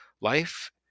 life